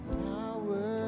power